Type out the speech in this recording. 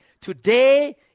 Today